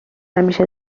همیشه